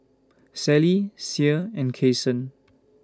Sally Sie and Kason